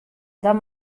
dan